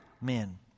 men